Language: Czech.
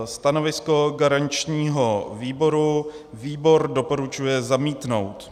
Stanovisko garančního výboru výbor doporučuje zamítnout.